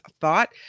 thought